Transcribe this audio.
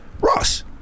Ross